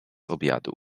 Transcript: obiadu